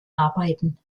arbeiten